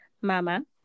Mama